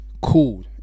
cool